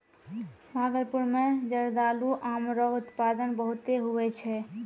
भागलपुर मे जरदालू आम रो उत्पादन बहुते हुवै छै